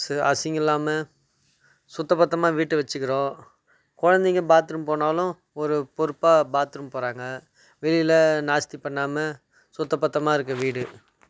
ச அசிங்கம் இல்லாமல் சுத்த பத்தமாக வீட்டை வச்சுக்கிறோம் குழந்தைங்க பாத்ரூம் போனாலும் ஒரு பொறுப்பாக பாத்ரூம் போகிறாங்க வெளியில் நாஸ்த்தி பண்ணாமல் சுத்த பத்தமாக இருக்குது வீடு